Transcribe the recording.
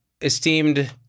esteemed